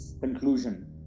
conclusion